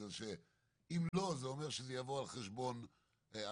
כי אם לא, זה אומר שזה יבוא על חשבון הרחבת